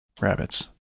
rabbits